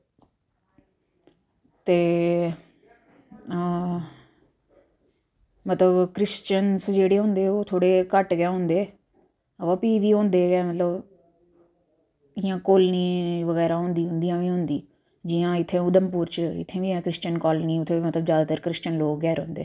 ते मतलब क्रिशिच्यन जेह्ड़े होंदे ओह् घट्ट गै होंदे बाऽ भी बी होंदे गै मतलब जियां कोलीं बगैरा होंदी असें ई होंदी जियां इत्थें उधमपुर च इत्थें बी हैन क्रिस्चिन कलोनी उत्थें जादैतर क्रिस्चिन लोग गै रौहंदे